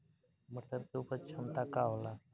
मटर के उपज क्षमता का होला?